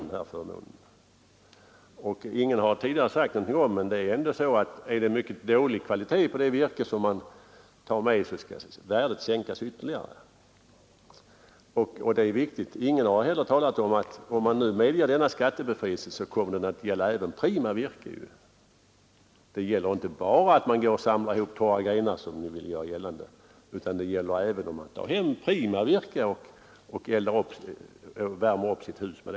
Inte heller har någon tidigare pekat på det förhållandet att värdet skall sänkas ytterligare på det virke man tar med sig ur skogen, om detta är av dålig kvalitet. Det är en viktig synpunkt. Ingen har heller nämnt att den föreslagna skattebefrielsen, om den genomförs, kommer att gälla även prima virke. Det gäller inte bara torra grenar som samlas ihop, såsom reservanterna vill göra gällande, utan skattebefrielsen skulle även träda i kraft om man tar hem prima virke för att värma upp sitt hus med.